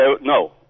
No